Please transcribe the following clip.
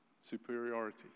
superiority